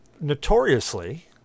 notoriously